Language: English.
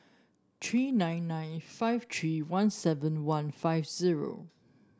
three nine nine five three one seven one five zero